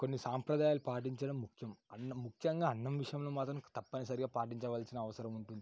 కొన్ని సాంప్రదాయాలు పాటించడం ముఖ్యంగా అన్న ముఖ్యంగా అన్నం విషయంలో మాత్రం తప్పనిసరిగా పాటించవలసిన అవసరం ఉంటుంది